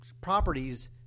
properties